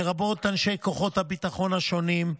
לרבות אנשי כוחות הביטחון השונים,